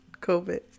COVID